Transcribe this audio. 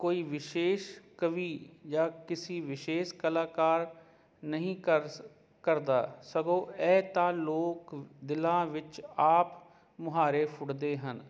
ਕੋਈ ਵਿਸ਼ੇਸ਼ ਕਵੀ ਜਾਂ ਕਿਸੀ ਵਿਸ਼ੇਸ਼ ਕਲਾਕਾਰ ਨਹੀਂ ਕਰ ਕਰਦਾ ਸਗੋਂ ਇਹ ਤਾਂ ਲੋਕ ਦਿਲਾਂ ਵਿੱਚ ਆਪ ਮੁਹਾਰੇ ਫੁੱਟਦੇ ਹਨ